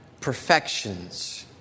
perfections